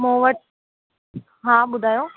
मूं वटि हा ॿुधायो